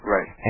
Right